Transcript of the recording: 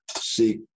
seek